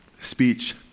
speech